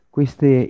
Queste